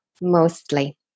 mostly